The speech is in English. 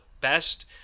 best